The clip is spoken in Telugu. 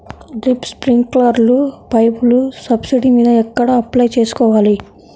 డ్రిప్, స్ప్రింకర్లు పైపులు సబ్సిడీ మీద ఎక్కడ అప్లై చేసుకోవాలి?